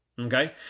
okay